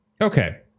okay